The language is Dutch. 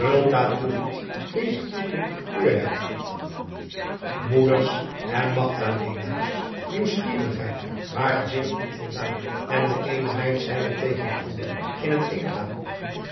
moeders en magdalena's nieuwsgierigheid waren zeer onvoldaan en de eene meid zeide tegen de andere in het heengaan